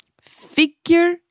Figure